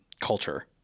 culture